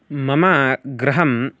मम गृहं